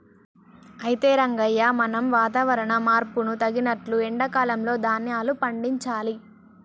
అయితే రంగయ్య మనం వాతావరణ మార్పును తగినట్లు ఎండా కాలంలో ధాన్యాలు పండించాలి